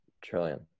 trillion